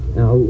Now